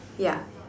ya